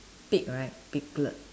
pig right piglet